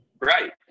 Right